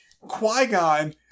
Qui-Gon